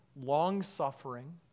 long-suffering